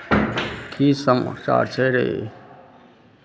की समाचार छै रे